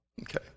okay